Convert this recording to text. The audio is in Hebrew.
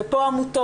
זה פה עמותות,